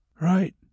right